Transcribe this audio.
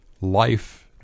life